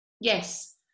Yes